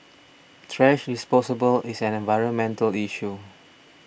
thrash disposal is an environmental issue